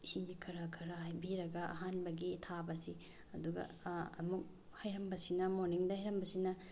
ꯏꯁꯤꯡꯁꯤ ꯈꯔ ꯈꯔ ꯍꯩꯕꯤꯔꯒ ꯑꯍꯥꯟꯕꯒꯤ ꯊꯥꯕꯁꯤ ꯑꯗꯨꯒ ꯑꯃꯨꯛ ꯍꯩꯔꯝꯕꯁꯤꯅ ꯃꯣꯔꯅꯤꯡꯗ ꯍꯩꯔꯝꯕꯁꯤꯅ